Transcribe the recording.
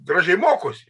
gražiai mokosi